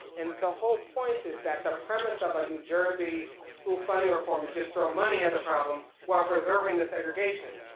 and the whole point is that the premise of a new jersey school funding reform to just throw money at the problem while preserving the segregation,